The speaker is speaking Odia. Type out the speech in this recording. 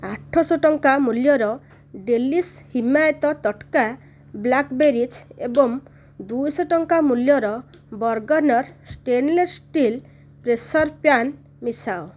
ଆଠ ଶହ ଟଙ୍କା ମୂଲ୍ୟର ଡେଲିଶ୍ ହିମାୟିତ ତଟକା ବ୍ଲାକ୍ବେରିଜ୍ ଏବଂ ଦୁଇ ଶହ ଟଙ୍କା ମୂଲ୍ୟର Bergner stainless steel pressure pan ମିଶାଅ